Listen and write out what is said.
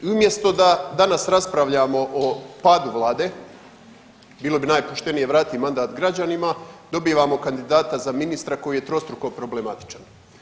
I umjesto da danas raspravljamo o padu vlade, bilo bi najpoštenije vratiti mandat građanima dobivamo kandidata za ministra koji je trostruko problematičan.